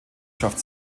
schafft